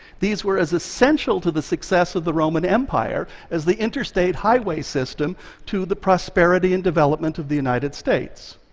these were as essential to the success of the roman empire as the interstate highway system to the prosperity and development of the united states.